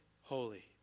holy